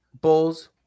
Bulls